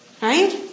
Right